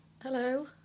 Hello